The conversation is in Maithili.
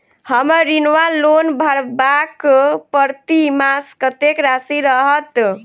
हम्मर ऋण वा लोन भरबाक प्रतिमास कत्तेक राशि रहत?